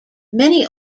many